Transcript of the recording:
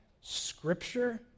scripture